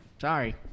Sorry